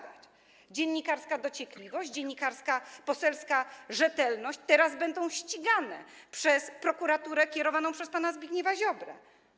Dziennikarska dociekliwość, poselska rzetelność teraz będą ścigane przez prokuraturę kierowaną przez pana Zbigniewa Ziobrę.